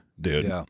dude